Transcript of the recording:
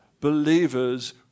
believers